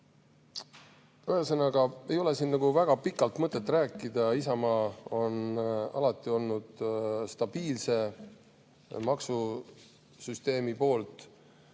Ühesõnaga, ei ole siin väga pikalt mõtet rääkida. Isamaa on alati olnud stabiilse maksusüsteemi poolt.